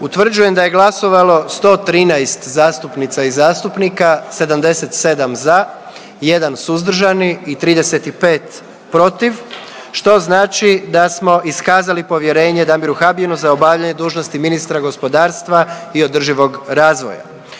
Utvrđujem da je glasovalo 113 zastupnica i zastupnika, 77 za, 1 suzdržani i 35 protiv što znači da smo iskazali povjerenje Damiru Habijanu za obavljanje dužnosti ministra gospodarstva i održivog razvoja.